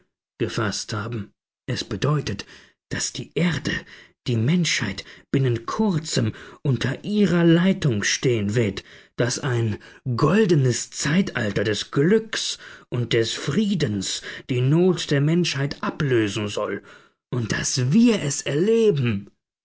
gefaßt haben es bedeutet daß die erde die menschheit binnen kurzem unter ihrer leitung stehen wird daß ein goldenes zeitalter des glückes und des friedens die not der menschheit ablösen soll und daß wir es erleben